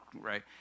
right